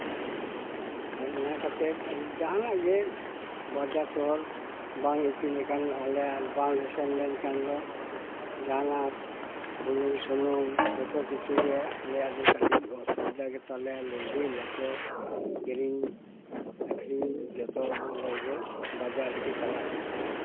ᱟᱨ ᱚᱱᱟ ᱠᱟᱛᱮ ᱡᱟᱦᱟᱱᱟᱜ ᱜᱮ ᱵᱟᱡᱟᱨ ᱥᱚᱦᱚᱨ ᱵᱟᱝ ᱤᱫᱤ ᱞᱮᱠᱷᱟᱱ ᱟᱞᱮ ᱵᱟᱝ ᱞᱮ ᱥᱮᱱ ᱞᱮᱱ ᱠᱷᱟᱱ ᱫᱚ ᱡᱟᱦᱟᱱᱟᱜ ᱵᱩᱞᱩᱝ ᱥᱩᱱᱩᱢ ᱡᱚᱛᱚ ᱠᱤᱪᱷᱩ ᱜᱮ ᱟᱞᱮᱭᱟᱜ ᱫᱚ ᱠᱟᱹᱴᱤᱡ ᱚᱥᱩᱵᱤᱫᱟ ᱜᱮᱛᱟᱞᱮᱭᱟ ᱞᱩᱜᱽᱲᱤᱡᱼᱞᱟᱯᱚ ᱠᱤᱨᱤᱧ ᱟᱹᱠᱷᱨᱤᱧ ᱡᱚᱛᱚ ᱚᱸᱰᱮᱜᱮ ᱵᱟᱡᱟᱨ ᱨᱮᱜᱮ ᱪᱟᱞᱟᱜ ᱦᱩᱭᱩᱜ ᱛᱟᱞᱮᱭᱟ